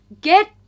Get